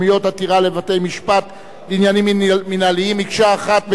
המקומיות (עתירה לבית-משפט לעניינים מינהליים) מקשה אחת.